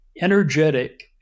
energetic